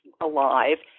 alive